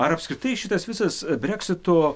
ar apskritai šitas visas breksito